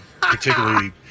Particularly